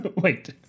Wait